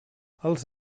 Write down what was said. els